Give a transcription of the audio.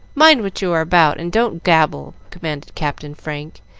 mind what you are about, and don't gabble, commanded captain frank,